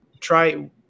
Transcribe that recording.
try